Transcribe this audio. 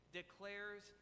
declares